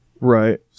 Right